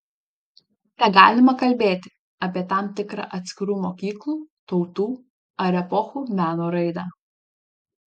tegalima kalbėti apie tam tikrą atskirų mokyklų tautų ar epochų meno raidą